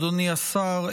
אדוני השר,